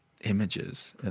images